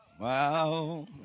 Wow